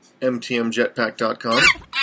mtmjetpack.com